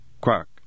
Quark